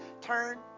turn